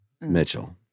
Mitchell